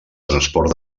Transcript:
transport